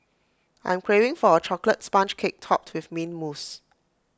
I am craving for A Chocolate Sponge Cake Topped with Mint Mousse